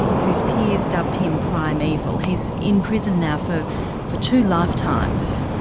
whose peers dubbed him prime evil, he's in prison now for for two lifetimes,